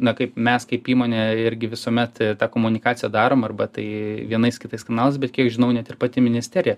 na kaip mes kaip įmonė irgi visuomet tą komunikaciją darom arba tai vienais kitais kanalais bet kiek žinau net ir pati ministerija